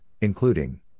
including